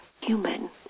human